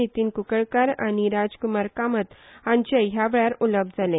नितीन कुंकळ्येकर आनी राजकुमार कामत हांचेय हया वेळार र उलवप जाले